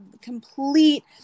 complete